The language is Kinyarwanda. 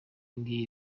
ngiyi